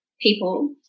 people